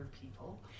people